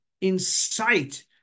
incite